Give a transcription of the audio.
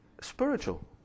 spiritual